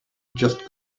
just